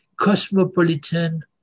cosmopolitan